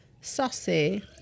Saucy